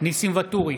ניסים ואטורי,